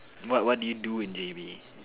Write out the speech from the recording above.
what what do you do in J_B